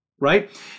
Right